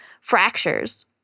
fractures